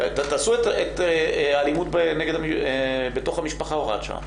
תעשו אלימות בתוך המשפחה הוראת שעה.